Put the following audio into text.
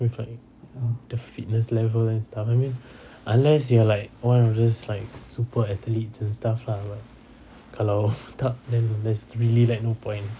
with like the fitness level and stuff I mean unless you're like one of those like super athlete and stuff lah kalau tak then there's really like no point